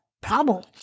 problem